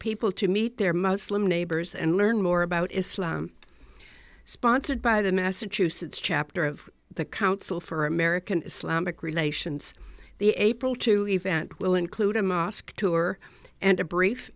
people to meet their muslim neighbors and learn more about islam sponsored by the massachusetts chapter of the council for american islamic relations the april two event will include a mosque tour and a brief